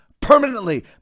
permanently